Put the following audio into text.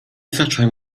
zacząłem